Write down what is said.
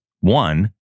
One